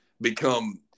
become